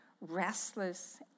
restless